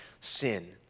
sin